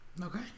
Okay